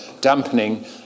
dampening